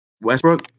Westbrook